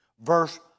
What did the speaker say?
verse